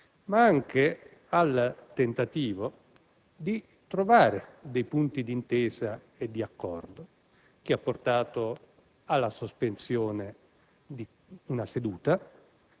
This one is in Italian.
ma anche al tentativo di trovare dei punti d'intesa e di accordo che hanno portato alla sospensione di una seduta